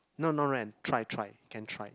no no rent try try can try